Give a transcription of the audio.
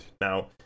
Now